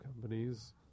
companies